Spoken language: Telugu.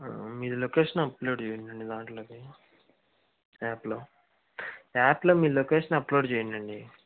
మీరు లొకేషన్ అప్లోడ్ చేయండి నా దాంట్లోకి యాప్ లో యాప్ లో లొకేషన్ అప్లోడ్ చేయండండి